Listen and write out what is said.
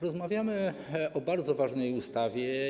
Rozmawiamy o bardzo ważnej ustawie.